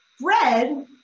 bread